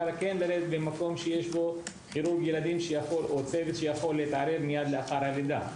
ללדת במקום שיש בו כירורג ילדים או צוות שיכול להתערב מיד לאחר הלידה.